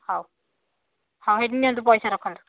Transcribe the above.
ହଉ ହଉ ହେଇଟି ନିଅନ୍ତୁ ପଇସା ରଖନ୍ତୁ